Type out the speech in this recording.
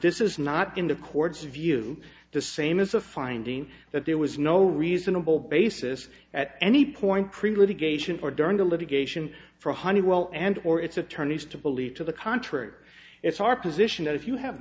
this is not in the courts view the same as a finding that there was no reasonable basis at any point krieger litigation or during the litigation for honeywell and or its attorneys to believe to the contrary it's our position that if you have